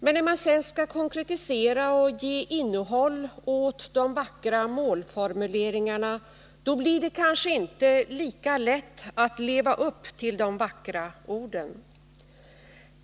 Men när man sedan skall konkretisera och ge innehåll åt de vackra målformuleringarna, då blir det kanske inte lika lätt att leva upp till de vackra orden.